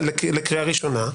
לקריאה ראשונה.